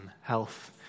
health